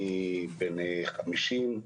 אני בן 50,